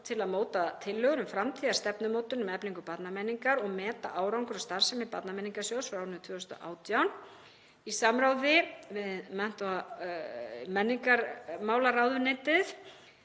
til að móta tillögur um framtíðarstefnumótun um eflingu barnamenningar og meta árangur af starfsemi Barnamenningarsjóðs frá árinu 2018. Í samráði við mennta- og menningarmálaráðuneytið